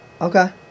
okay